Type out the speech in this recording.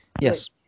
yes